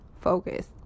focus